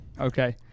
Okay